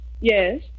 Yes